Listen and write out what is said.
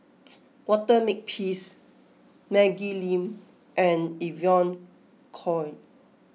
Walter Makepeace Maggie Lim and Evon Kow